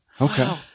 Okay